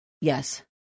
yes